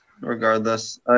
regardless